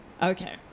Okay